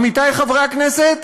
עמיתי חברי הכנסת,